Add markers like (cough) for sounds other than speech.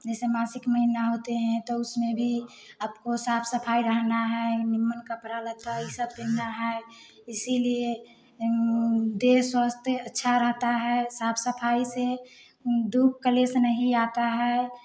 जैसे मासिक महीना होते हैं तो उसमें भी आपको साफ सफाई रहना है (unintelligible) कपड़ा लत्ता ये सब पहनना है इसीलिए देह स्वस्थ अच्छा रहता है साफ सफाई से दुख कलेश नहीं आता है